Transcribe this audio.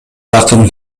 жакын